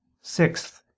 Sixth